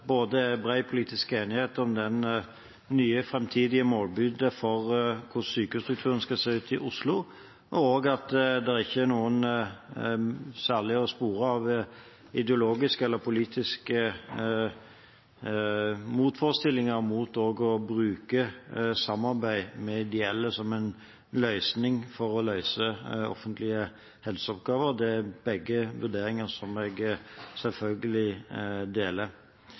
både at det er bred politisk enighet om det nye framtidige målbildet for hvordan sykehusstrukturen skal se ut i Oslo, og at det ikke er noen særlig ideologiske eller politiske motforestillinger å spore mot også å bruke samarbeid med ideelle for å løse offentlige helseoppgaver. Det er begge vurderinger som jeg selvfølgelig deler.